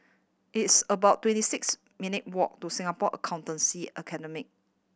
it's about twenty six minute' walk to Singapore Accountancy Academy